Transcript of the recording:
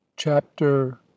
Chapter